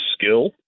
skill